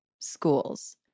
schools